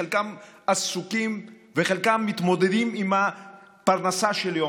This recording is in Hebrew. חלקם עסוקים וחלקם מתמודדים עם הפרנסה של יום-יום.